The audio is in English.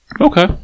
Okay